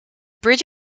bridge